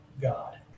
God